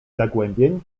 zagłębień